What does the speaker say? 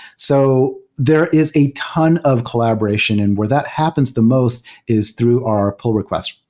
so there is a ton of collaboration, and where that happens the most is through our pull request,